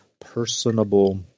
personable